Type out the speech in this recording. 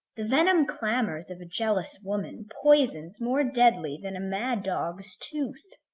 the venom clamours of a jealous woman poisons more deadly than a mad dog's tooth.